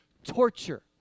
torture